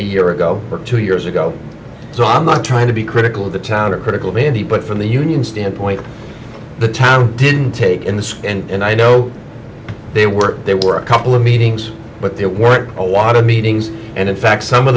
a year ago or two years ago so i'm not trying to be critical of the town are critical of me and he put from the union standpoint the town didn't take in the sky and i know they were there were a couple of meetings but there were a lot of meetings and in fact some of